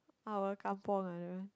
our Kampung ah ya